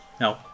No